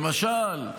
למשל,